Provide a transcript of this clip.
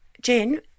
Jen